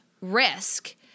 risk